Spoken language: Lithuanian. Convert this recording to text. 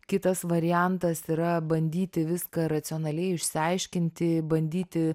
kitas variantas yra bandyti viską racionaliai išsiaiškinti bandyti